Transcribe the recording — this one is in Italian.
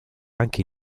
anche